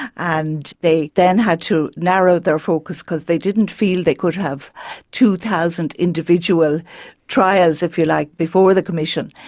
and they then had to narrow their focus because they didn't feel they could have two thousand individual trials, if you like, before the commission,